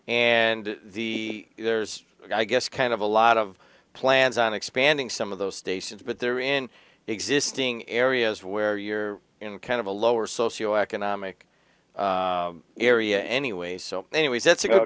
and the there's i guess kind of a lot of plans on expanding some of those stations but they're in existing areas where you're in kind of a lower socio economic area anyway so anyways that's a good